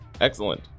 Excellent